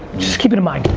just keep it mind.